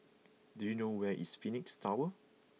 do you know where is Phoenix Tower